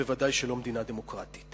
ודאי לא מדינה דמוקרטית.